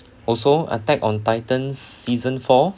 also attack on titan season four